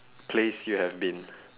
place you have been